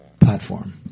platform